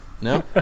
No